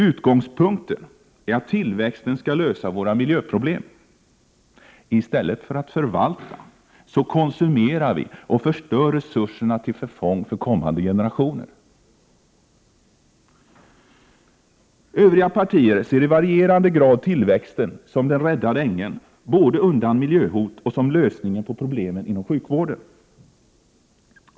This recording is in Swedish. Utgångspunkten är att tillväxten skall lösa våra miljöproblem. I stället för att förvalta, konsumerar vi och förstör resurserna till förfång för kommande generationer. Övriga partier ser i varierande grad tillväxten som den räddande ängeln både undan miljöhot och som lösningen på problemen inom sjukvården.